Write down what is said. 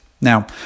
now